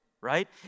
right